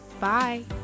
Bye